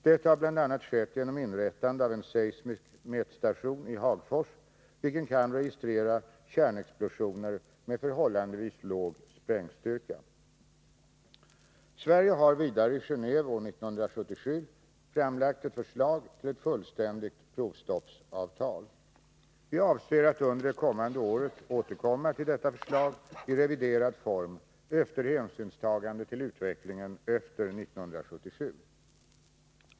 Detta har bl.a. skett genom inrättandet av en seismisk mätstation i Hagfors, vilken kan registrera kärnexplosioner med förhållandevis låg sprängstyrka. Sverige har vidare i Gen&ve år 1977 framlagt ett förslag till ett fullständigt provstoppsavtal. Vi avser att under det kommande året återkomma till detta förslag — i reviderad form — efter hänsynstagande till utvecklingen efter 1977.